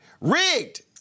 Rigged